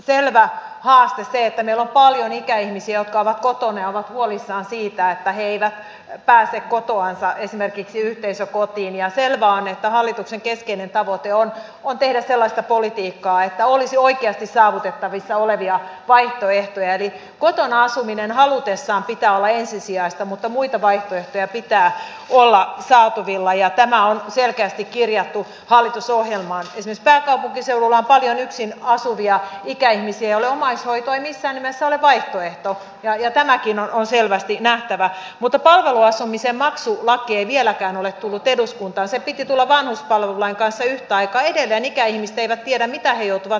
terävää maahan teitten ja paljon ikäihmisiä jotka ovat tottune ovat huolissaan siitä että heillä ei pääse kotoansa esimerkiksi yhteisökotiinjatelemaan että hallituksen keskeinen valiokunta on kuitenkin sellaista politiikkaa että olisi oikeasti saavutettavissa olevia vaihtoehtoja eli kotona asuminen halutessaan pitää olla ensisijaista mutta muita vaihtoehtoja pitää huolissaan tutkimus ja tämä on selkeästi kirjattu hallitusohjelmaan esittää seudulla paljon yksin asuvia ikäihmisiä omaishoitajista kehittämistoiminnan resurssien leikkauksista ja jo tämäkin on selvästi nähtävä mutapalveluasumisen maksulaki ei vieläkään ole tullut eduskuntaan sen piti tulla vanhuspalvelulain kanssa yhtaikaa selvenikäihmiset eivät tiedä mitä he joutuvat